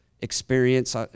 experience